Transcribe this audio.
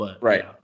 Right